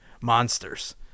monsters